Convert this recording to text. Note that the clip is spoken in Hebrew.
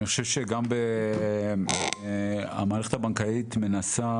אני חושב שגם המערכת הבנקאית מנסה,